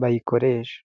bayikoresha.